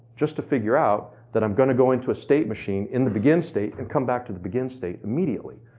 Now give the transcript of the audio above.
just to figure out that i'm gonna go into a state machine in the begin state and come back to the begin state immediately.